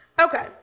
Okay